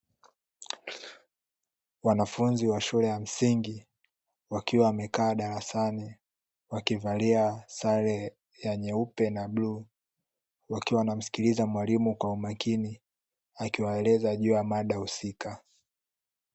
Wanafunzi wa shule ya msingi wakiwa wamekaa darasani. Wakivali sare ya nyeupe na bluu, wakiwa wanamsikiliza mwalimu kwa umakini akiwaeleza juu ya mada husika.